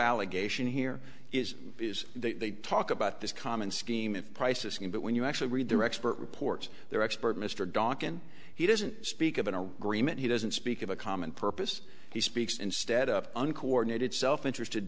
allegation here is is they talk about this common scheme if prices can but when you actually read their expert reports their expert mr dawkins he doesn't speak of a greenman he doesn't speak of a common purpose he speaks instead of uncoordinated self interested